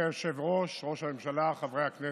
אדוני היושב-ראש, ראש הממשלה, חברי הכנסת,